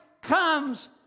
comes